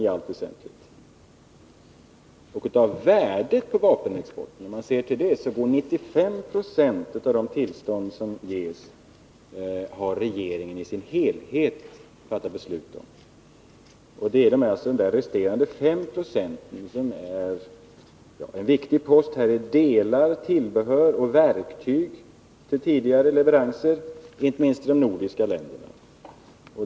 Om man ser till värdet av vapenexporten finner man att det är regeringen i sin helhet som har fattat beslut beträffande 95 26 av de tillstånd som ges. Det är alltså de resterande fem procenten som är en viktig post. Här är delar, tillbehör och verktyg för tidigare leveranser, inte minst till de nordiska länderna.